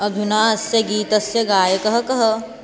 अधुना अस्य गीतस्य गायकः कः